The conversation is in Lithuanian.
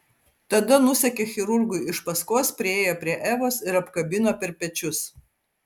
tada nusekė chirurgui iš paskos priėjo prie evos ir apkabino per pečius